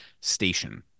station